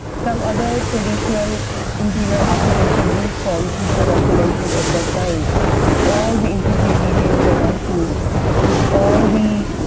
some other traditional interior-architecture built forms, which were documented at that time with all the intricate details that are seen with all the